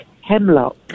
Hemlock